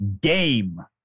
game